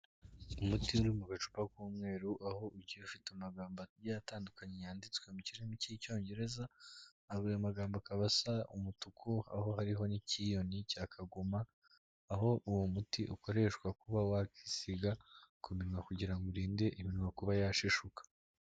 Umuti uri mu gacura k'umweru aho ugiye ufite amagambo atandukanye yanditswe mu kirimi cy'icyongereza ayo magambo akaba asa umutuku aho harihoho n'ikiyoni cya kagoma, aho uwo muti ukoreshwa kuba wakisiga ku minwa kugira ngo urinde iminwa kuba yashishuka.